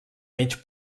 mig